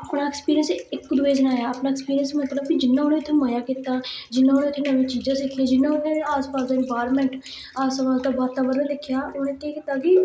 अपना एक्सपीरियंस इक्क दूए सनाया ना मलब उनें उत्थै मजा कीता जिियां उनें उत्थै नमीं चीजां सिक्खियां जिियां उ आस पास दा इनवायरनमेंटास दा वातावरण दिक्खेआ उनें केह् कीता कि